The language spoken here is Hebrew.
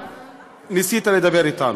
אתנו,